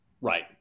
right